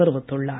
தெரிவித்துள்ளார்